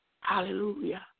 Hallelujah